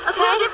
Okay